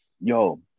Yo